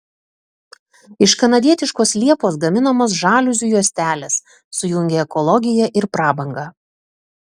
iš kanadietiškos liepos gaminamos žaliuzių juostelės sujungia ekologiją ir prabangą